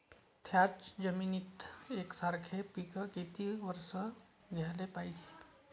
थ्याच जमिनीत यकसारखे पिकं किती वरसं घ्याले पायजे?